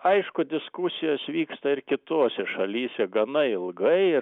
aišku diskusijos vyksta ir kitose šalyse gana ilgai ir